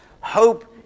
Hope